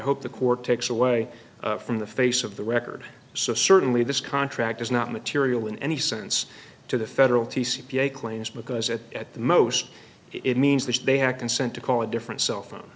hope the court takes away from the face of the record so certainly this contract is not material in any sense to the federal t c p ip claims because at at the most it means that they had consent to call a different cell phone